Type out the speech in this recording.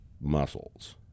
muscles